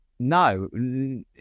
No